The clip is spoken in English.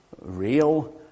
real